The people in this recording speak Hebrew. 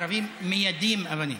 ערבים מיידים אבנים.